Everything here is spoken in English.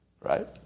right